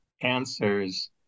answers